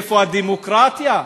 איפה הדמוקרטיה?